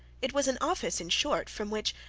it was an office in short, from which,